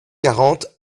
quarante